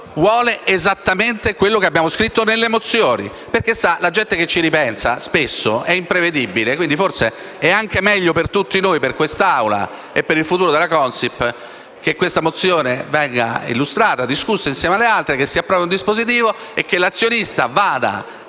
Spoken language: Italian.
Parlamento vuole esattamente quello che abbiamo scritto nelle mozioni. Signor Presidente, la gente che ci ripensa spesso è imprevedibile e forse è anche meglio per tutti noi, per l'Assemblea e per il futuro della Consip, che la mozione venga illustrata e discussa insieme alle altre, che si approvi un dispositivo e che l'azionista vada